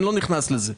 אני לא נכנס לזה.